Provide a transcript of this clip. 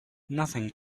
nothing